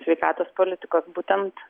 sveikatos politikos būtent